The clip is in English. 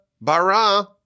Bara